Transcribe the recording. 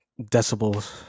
decibels